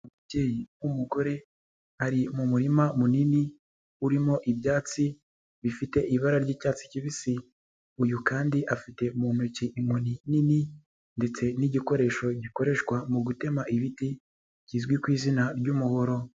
Umubyeyi w'mugore ari mu murima munini urimo ibyatsi bifite ibara ryi'cyatsi kibisi, uyu kandi afite mu ntoki inkoni nini ndetse n'igikoresho gikoreshwa mu gutema ibiti kizwi ku izina ry'umuhoro.